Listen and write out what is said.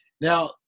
Now